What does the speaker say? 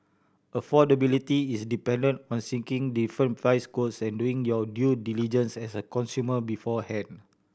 affordability is dependent on seeking different price quotes and doing your due diligence as a consumer beforehand